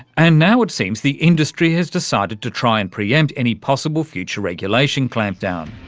and now it seems the industry has decided to try and pre-empt any possible future regulation clampdown.